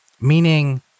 Meaning